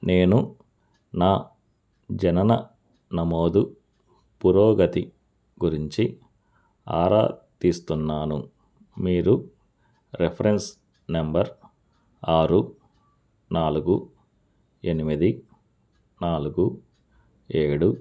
నేను నా జనన నమోదు పురోగతి గురించి ఆరా తీస్తున్నాను మీరు రిఫరెన్స్ నెంబర్ ఆరు నాలుగు ఎనిమిది నాలుగు ఏడు